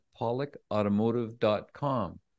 PollockAutomotive.com